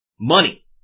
money